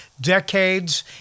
decades